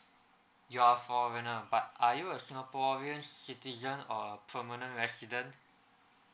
you are foreigner but are you a singaporean citizen or a permanent resident